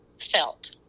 felt